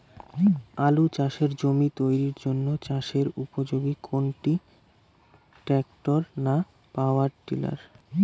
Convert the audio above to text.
আলু চাষের জমি তৈরির জন্য চাষের উপযোগী কোনটি ট্রাক্টর না পাওয়ার টিলার?